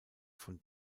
von